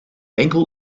enkel